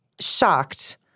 shocked—